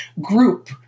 group